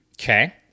okay